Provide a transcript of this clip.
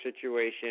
situation